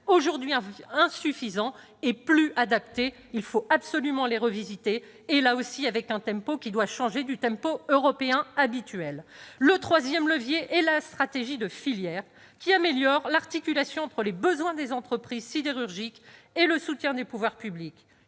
aujourd'hui insuffisants et plus adaptés. Il faut absolument les revisiter, à un rythme différent du tempo européen habituel. Le troisième levier est la stratégie de filière, qui améliore l'articulation entre les besoins des entreprises sidérurgiques et le soutien des pouvoirs publics.